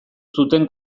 zuten